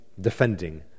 defending